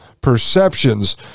perceptions